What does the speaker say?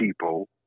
people